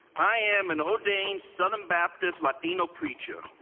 i am an ordained southern baptist latino preacher,